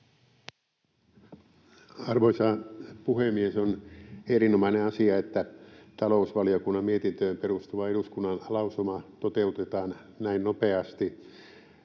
Arvoisa puhemies! On erinomainen asia, että talousvaliokunnan mietintöön perustuva eduskunnan lausuma toteutetaan näin nopeasti.